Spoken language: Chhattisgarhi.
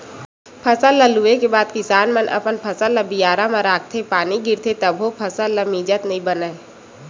फसल ल लूए के बाद किसान मन अपन फसल ल बियारा म राखथे, पानी गिरथे तभो फसल ल मिजत नइ बनय